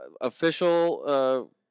Official